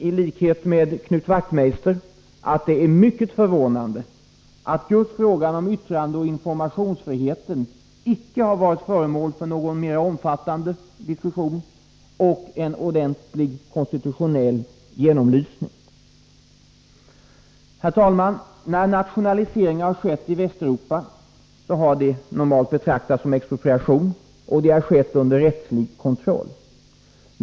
I likhet med Knut Wachtmeister tycker jag att det är mycket förvånande att just frågan om yttrandeoch informationsfriheten icke har varit föremål för någon mer omfattande diskussion och en ordentlig konstitutionell genomlysning. Herr talman! När nationaliseringar har skett i Västeuropa, har de normalt betraktats som expropriation och genomförts under rättslig kontroll.